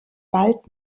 bald